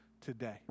today